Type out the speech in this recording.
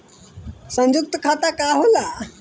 सयुक्त खाता का होला?